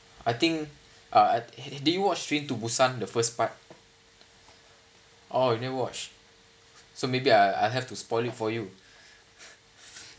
I think uh do you watch train to busan the first part h you never watch so maybe I I I'll have to spoil it for you